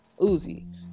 Uzi